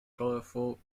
colorful